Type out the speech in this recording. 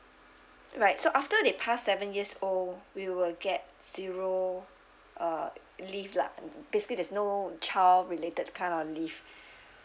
right so after they pass seven years old we will get zero uh leave lah basically there's no child related kind of leave